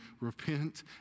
repent